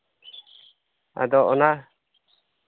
ᱟᱫᱚ ᱚᱱᱟ